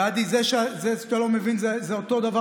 גדי, זה שאתה לא מבין, זה אותו דבר.